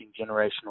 generational